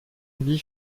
wie